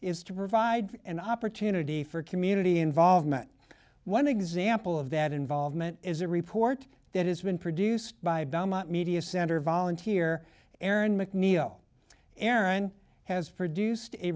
is to provide an opportunity for community involvement one example of that involvement is a report that has been produced by belmont media center volunteer erin mcneil aaron has produced a